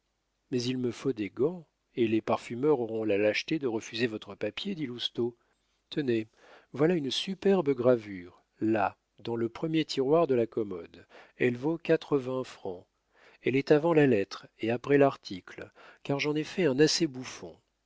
mais il me faut des gants et les parfumeurs auront la lâcheté de refuser votre papier dit lousteau tenez voilà une superbe gravure là dans le premier tiroir de la commode elle vaut quatre-vingts francs elle est avant la lettre et après l'article car j'en ai fait un assez bouffon